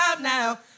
now